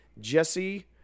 Jesse